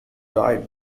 died